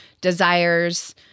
desires